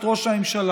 את ראש הממשלה,